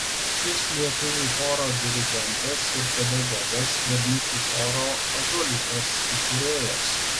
jis lietuvių choro dirigentas ir pedagogas berniukų choro ąžuoliukas įkūrėjas